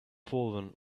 fallen